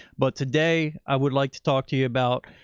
but today i would like to talk to you about,